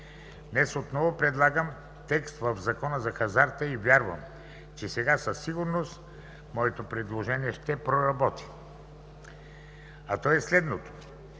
Днес отново предлагам текст в Закона за хазарта и вярвам, че сега със сигурност моето предложение ще проработи, а то е следното: